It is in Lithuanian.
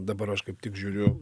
dabar aš kaip tik žiūriu